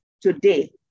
Today